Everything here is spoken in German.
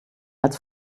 als